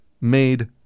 made